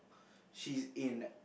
she's in